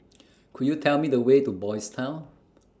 Could YOU Tell Me The Way to Boys' Town